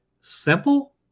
simple